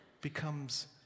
becomes